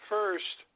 First